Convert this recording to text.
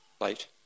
late